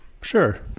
Sure